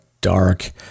dark